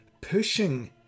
pushing